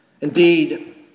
Indeed